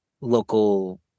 local